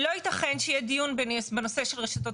ולא יתכן שיהיה דיון בנושא של רשתות